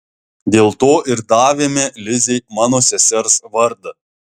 dėl to ir davėme lizei mano sesers vardą